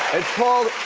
called,